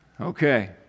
Okay